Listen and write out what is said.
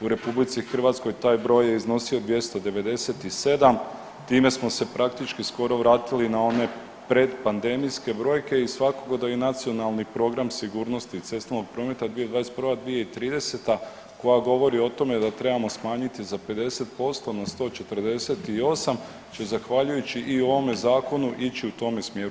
U RH taj broj je iznosio 297, time smo se praktički skoro vratili na one predpandemijske brojke i svakako da i Nacionalni program sigurnosti cestovnog prometa 2021.-2030. koja govori o tome da trebamo smanjiti za 50% na 148 će zahvaljujući i ovome zakonu ići u tome smjeru.